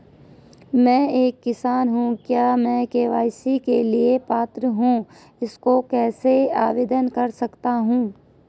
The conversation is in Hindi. मैं एक किसान हूँ क्या मैं के.सी.सी के लिए पात्र हूँ इसको कैसे आवेदन कर सकता हूँ?